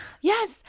yes